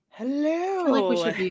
Hello